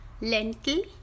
lentil